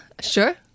sure